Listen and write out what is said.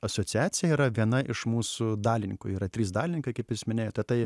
asociacija yra viena iš mūsų dalininkų yra trys dalininkai kaip jūs ir minėjote tai